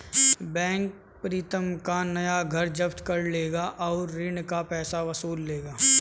bank Pritam का नया घर जब्त कर लेगा और ऋण का पैसा वसूल लेगा